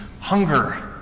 hunger